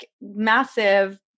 massive